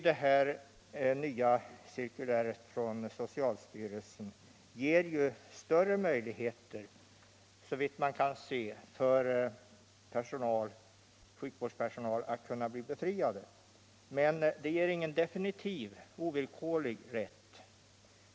Det nya cirkuläret från socialstyrelsen ger större möjligheter, såvitt jag kan se, för sjukvårdspersonal att bli befriad, men det ger ingen definitiv, ovillkorlig rätt.